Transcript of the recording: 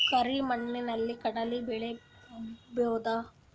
ಕರಿ ಮಣ್ಣಲಿ ಕಡಲಿ ಬೆಳಿ ಬೋದ?